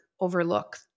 overlook